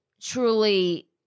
truly